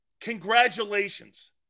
Congratulations